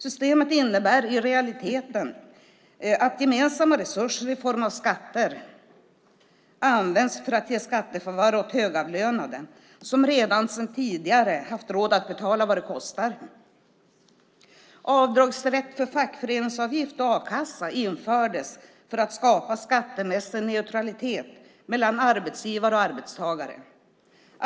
Systemet innebär i realiteten att gemensamma resurser i form av skatter används för att ge skattefavörer för högavlönade som redan sedan tidigare har råd att betala vad det kostar. Avdragsrätt för fackföreningsavgift och a-kassa infördes för att skapa skattemässig neutralitet mellan arbetsgivare och arbetstagare.